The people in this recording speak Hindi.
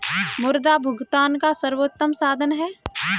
मुद्रा भुगतान का सर्वोत्तम साधन है